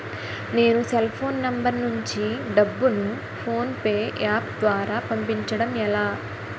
నేను cell phone number నుంచి డబ్బును ను ఫోన్పే అప్ ద్వారా పంపించడం ఎలా?